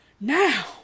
now